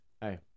Hey